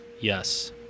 Yes